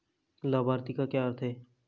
लाभार्थी का क्या अर्थ है?